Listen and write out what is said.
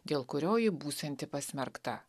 dėl kurio ji būsianti pasmerkta